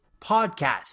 podcast